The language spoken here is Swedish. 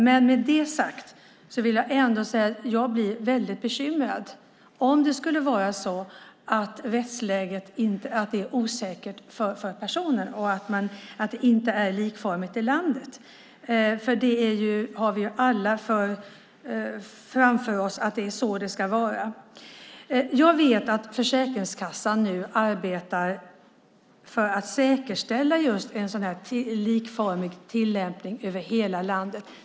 Med detta sagt vill jag ändå säga att jag blir bekymrad om det skulle vara så att rättsläget är osäkert för vissa personer och att det inte är likformigt i landet. Vi har alla för ögonen att det är så det ska vara. Jag vet att Försäkringskassan nu arbetar för att säkerställa just en likformig tillämpning över hela landet.